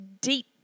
deep